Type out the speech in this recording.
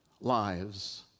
lives